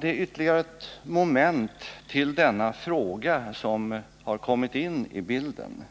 Det är ytterligare ett moment i denna fråga som har kommit in i bilden,